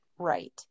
right